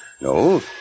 no